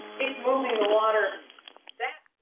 it's moving the water that